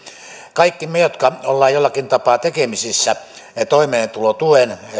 kaikki me jotka olemme jollakin tapaa tekemisissä toimeentulotuen